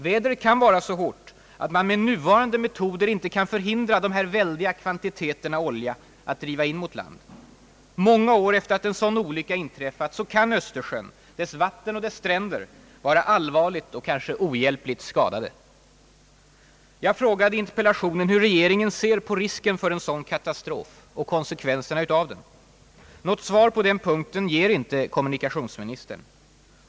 Vädret kan vara så hårt att man med nuvarande metoder inte kan förhindra dessa väldiga kvantiteter olja att driva in mot land. Många år efter att en sådan olycka inträffat kan Östersjöns vatten och stränder vara allvarligt och kanske ohjälpligt skadade. Jag frågade i interpellationen hur regeringen ser på risken för en sådan katastrof och konsekvenserna av den. Något svar på den punkten ger inte kommunikationsministern.